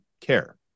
care